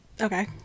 Okay